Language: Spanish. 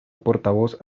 portavoz